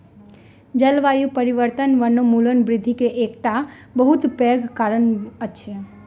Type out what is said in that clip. जलवायु परिवर्तन वनोन्मूलन वृद्धि के एकटा बहुत पैघ कारण अछि